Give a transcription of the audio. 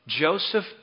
Joseph